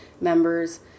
members